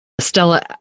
Stella